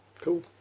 cool